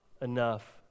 enough